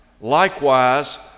likewise